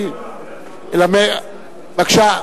בבקשה.